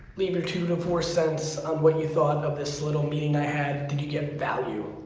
leave your two to four cents on what you thought of this little meeting i had. did you get value?